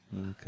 Okay